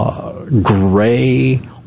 gray